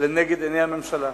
לנגד עיני הממשלה.